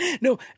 No